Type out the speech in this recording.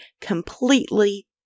completely